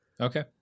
Okay